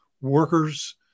workers